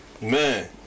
man